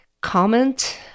Comment